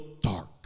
dark